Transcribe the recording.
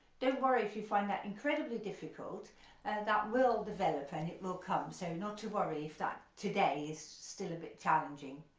don't worry if you find that incredibly difficult and that will and it will come so not to worry if that today is still a bit challenging.